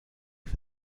for